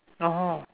oh